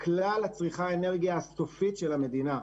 כלל צריכת האנרגיה הסופית של המדינה,